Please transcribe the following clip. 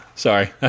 sorry